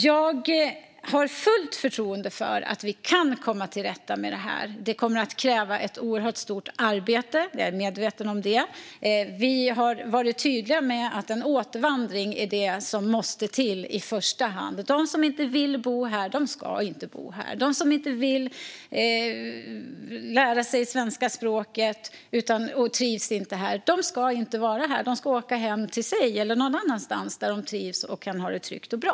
Jag har fullt förtroende för att vi kan komma till rätta med det här. Jag är medveten om att det kommer att krävas ett oerhört stort arbete. Vi har varit tydliga med att återvandring är det som måste till i första hand. De som inte vill bo här ska inte bo här. De som inte vill lära sig svenska språket och inte trivs här ska inte vara här. De ska åka hem till sig eller någon annanstans där de trivs och kan ha det tryggt och bra.